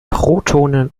protonen